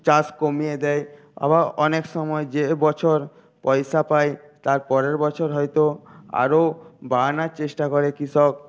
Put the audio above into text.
চাষ কমিয়ে দেয় আবার অনেক সময় যে বছর পয়সা পায় তার পরের বছর হয়তো আরও বাড়ানোর চেষ্টা করে কৃষক